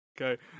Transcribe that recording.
Okay